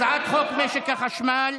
הצעת חוק משק החשמל,